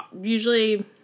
usually